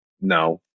No